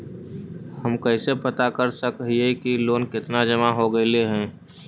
हम कैसे पता कर सक हिय की लोन कितना जमा हो गइले हैं?